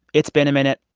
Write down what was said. it's been a minute